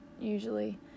usually